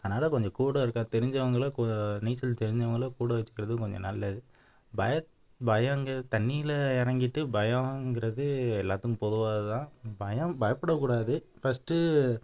அதனால கொஞ்சம் கூட இருக்க தெரிஞ்சவங்கள கு நீச்சல் தெரிஞ்சவங்கள கூட வெச்சுக்கறதும் கொஞ்சம் நல்லது பய பயங்க தண்ணியில இறங்கிட்டு பயங்கிறது எல்லாத்துக்கும் பொதுவாக தான் பயம் பயப்படக்கூடாது ஃபர்ஸ்ட்டு